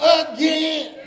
again